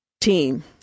team